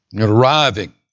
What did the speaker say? arriving